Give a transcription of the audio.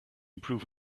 improve